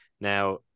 Now